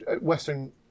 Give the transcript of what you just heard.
Western